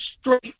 straight